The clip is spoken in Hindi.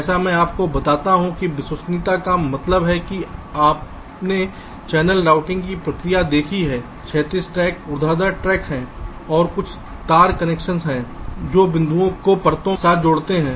जैसे मैं आपको बताता हूं कि विश्वसनीयता का मतलब है कि आपने चैनल रूटिंग की प्रक्रिया देखी है क्षैतिज ट्रैक ऊर्ध्वाधर ट्रैक हैं और कुछ तार कनेक्शन हैं जो बिंदुओं को परतों के साथ जोड़ते हैं